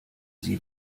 sie